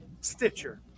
Stitcher